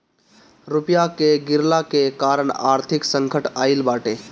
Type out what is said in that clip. रुपया के गिरला के कारण आर्थिक संकट आईल बाटे